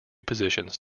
positions